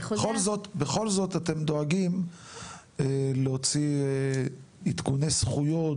בכל זאת אתם דואגים להוציא עדכוני זכויות